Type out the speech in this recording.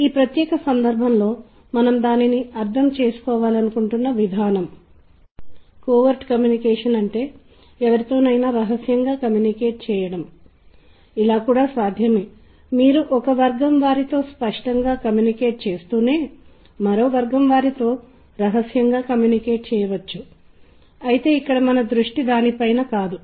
కాబట్టి ఇది మరొక భిన్నమైన అంశం ఇది సంగీతం యొక్క మరొక ముఖ్యమైన అంశం ఇది ప్రకటనల సందర్భంలో ప్రత్యేకంగా ఉపయోగించబడుతుందని మీరు కనుగొన్నారు ఎందుకంటే ప్రకటనలలో వ్యక్తులు చాలా జాగ్రత్తగా ఉపయోగించబడుతున్న భూమిక బానీలను ఎంచుకుంటారు ఎందుకంటే వారు దానితో ఒక రకమైన వాతావరణాన్ని సృష్టిస్తారు